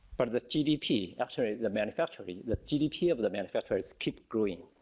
but the gdp, actually the manufacturer the the gdp of the manufacturers keep growing.